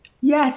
Yes